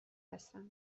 هستم